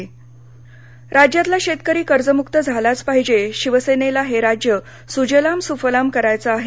आदित्य ठाकरे राज्यातला शेतकरी कर्जमुक्त झालाच पाहिजे शिवसेनेला हे राज्य सुजलाम सुफलाम करायचं आहे